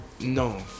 no